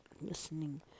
listening